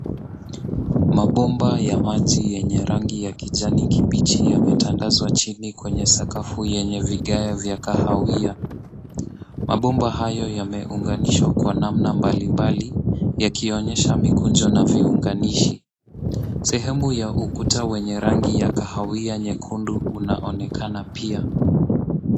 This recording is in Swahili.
Mabomba ya maji yenye rangi ya kijani kibichi yametandazwa chini kwenye sakafu yenye vigae vya kahawia. Mabomba hayo yameunganishwa kwa namna mbalimbali yakionesha mikunjo na viunganishi. Sehemu ya ukuta wenye rangi ya kahawia nyekundu unaonekana pia.